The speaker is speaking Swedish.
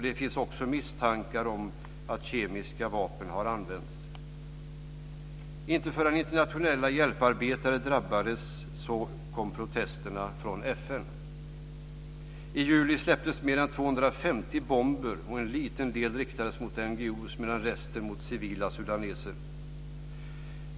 Det finns också misstankar om att kemiska vapen har använts. Inte förrän internationella hjälparbetare drabbades kom protesterna från FN. Under juli släpptes mer än 250 bomber. En liten del riktades mot NGO:er medan resten var mot civila sudaneser.